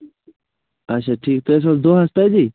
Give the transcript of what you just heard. اَچھا ٹھیٖک تُہۍ ٲسۍوا دۄہَس تٔتی